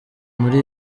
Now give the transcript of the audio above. muri